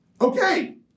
Okay